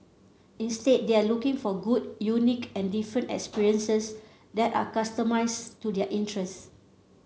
instead they are looking for good unique and different experiences that are customised to their interests